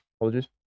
apologies